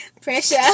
pressure